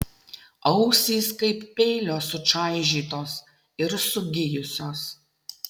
ausys kaip peilio sučaižytos ir sugijusios